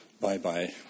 bye-bye